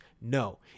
No